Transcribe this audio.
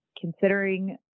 considering